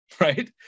right